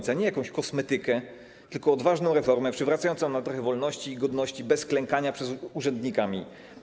Nie chodzi o jakąś kosmetykę, tylko o odważną reformę przywracającą nam trochę wolności i godności bez klękania przed urzędnikami.